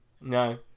No